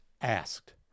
asked